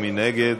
מי נגד?